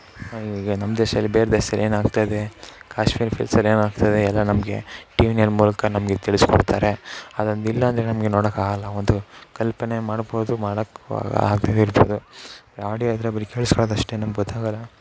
ಈಗ ನಮ್ಮ ದೇಶ್ದಲ್ಲಿ ಬೇರೆ ದೇಶ ಏನಾಗ್ತಾಯಿದೆ ಕಾಶ್ಮೀರ್ ಫಿಲ್ಸಲ್ಲಿ ಏನಾಗ್ತಾಯಿದೆ ಎಲ್ಲ ನಮಗೆ ಟಿವಿ ನೈನ್ ಮೂಲಕ ನಮಗೆ ತಿಳಿಸ್ಕೊಡ್ತಾರೆ ಅದೊಂದು ಇಲ್ಲ ಅಂದ್ರೆ ನಮಗೆ ನೋಡೋಕ್ಕಾಗಲ್ಲ ಒಂದು ಕಲ್ಪನೆ ಮಾಡ್ಬೋದು ಮಾಡೋಕ್ಕೂ ಆಗದೇನೆ ಇರ್ಬೋದು ಆಡಿಯೋ ಇದ್ದರೆ ಬರೀ ಕೇಳಸ್ಕೊಳ್ಳೋದಷ್ಟೇ ನಮ್ಗೆ ಗೊತ್ತಾಗಲ್ಲ